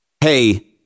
Hey